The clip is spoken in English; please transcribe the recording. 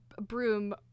Broom